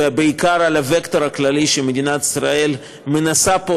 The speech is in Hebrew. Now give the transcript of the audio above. ובעיקר על הווקטור הכללי שמדינת ישראל מנסה פה,